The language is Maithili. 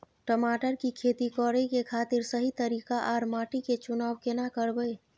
टमाटर की खेती करै के खातिर सही तरीका आर माटी के चुनाव केना करबै?